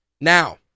Now